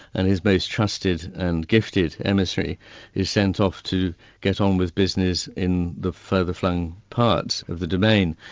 and his most trusted and gifted emissary is sent off to get on with business in the further flung parts of the domain.